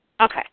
Okay